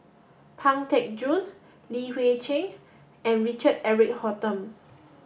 Pang Teck Joon Li Hui Cheng and Richard Eric Holttum